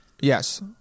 Yes